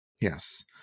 Yes